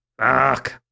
Fuck